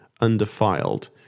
undefiled